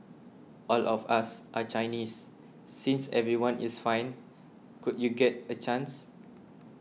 all of us are Chinese since everyone is fine could you get a chance